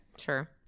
Sure